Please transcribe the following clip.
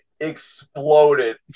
exploded